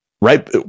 right